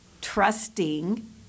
trusting